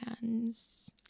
hands